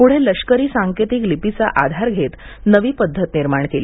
पुढे लष्करी सांकेतिक लिपी चा आधार घेत नवी पद्धत निर्माण केली